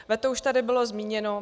Veto už tady bylo zmíněno.